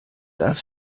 das